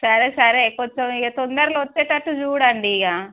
సరే సరే కొంచెం ఇక తొందరలో వచ్చేటట్టు చూడండి ఇక